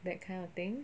that kind of thing